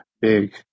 big